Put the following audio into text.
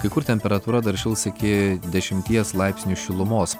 kai kur temperatūra dar šils iki dešimties laipsnių šilumos